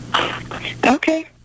Okay